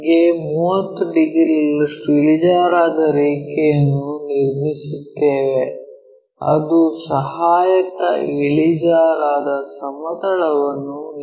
P ಗೆ 30 ಡಿಗ್ರಿಗಳಷ್ಟು ಇಳಿಜಾರಾದ ರೇಖೆಯನ್ನು ನಿರ್ಮಿಸುತ್ತೇವೆ ಅದು ಸಹಾಯಕ ಇಳಿಜಾರಾದ ಸಮತಲವನ್ನು ನೀಡುತ್ತದೆ